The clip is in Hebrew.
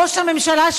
ראש הממשלה,